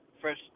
fresh